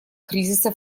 кризиса